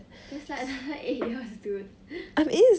that's like another eight years dude